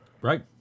Right